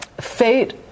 fate